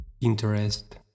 interest